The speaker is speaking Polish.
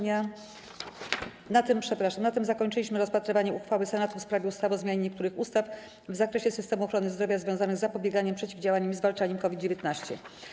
Na tym zakończyliśmy rozpatrywanie uchwały Senatu w sprawie ustawy o zmianie niektórych ustaw w zakresie systemu ochrony zdrowia związanych z zapobieganiem, przeciwdziałaniem i zwalczaniem COVID-19.